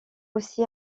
aussi